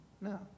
No